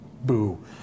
Boo